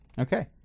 Okay